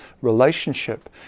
relationship